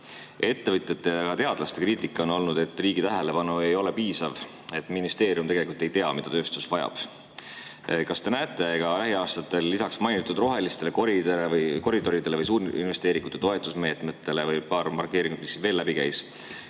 Ettevõtjate ja teadlaste kriitika on olnud see, et riigi tähelepanu ei ole piisav ja ministeerium tegelikult ei tea, mida tööstus vajab. Kas te näete ministrina lisaks mainitud rohelistele koridoridele või suurinvesteeringute toetusmeetmetele – veel paar markeeringut, mis läbi käisid